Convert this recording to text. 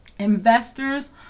Investors